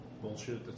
Bullshit